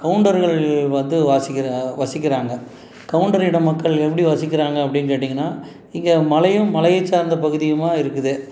கவுண்டர்கள் வந்து வாசிக்கிறா வசிக்கிறாங்க கவுண்டரின மக்கள் எப்படி வசிக்கிறாங்க அப்படின் கேட்டிங்கன்னா இங்கே மலையும் மலையை சார்ந்த பகுதியுமாக இருக்குது